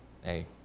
hey